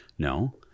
No